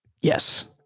Yes